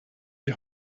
die